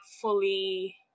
fully